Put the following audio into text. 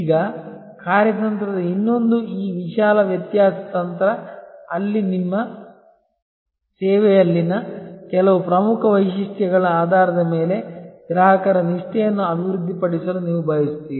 ಈಗ ಕಾರ್ಯತಂತ್ರದ ಇನ್ನೊಂದುಈ ವಿಶಾಲ ವ್ಯತ್ಯಾಸ ತಂತ್ರ ಅಲ್ಲಿ ನಿಮ್ಮ ಸೇವೆಯಲ್ಲಿನ ಕೆಲವು ಪ್ರಮುಖ ವೈಶಿಷ್ಟ್ಯಗಳ ಆಧಾರದ ಮೇಲೆ ಗ್ರಾಹಕರ ನಿಷ್ಠೆಯನ್ನು ಅಭಿವೃದ್ಧಿಪಡಿಸಲು ನೀವು ಬಯಸುತ್ತೀರಿ